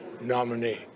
nominee